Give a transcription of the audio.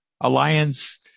Alliance